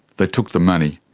they took the money,